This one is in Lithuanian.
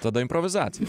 tada improvizacija